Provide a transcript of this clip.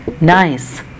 nice